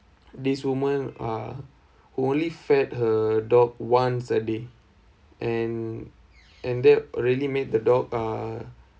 this woman uh only fed her dog once a day and and that already made the dog uh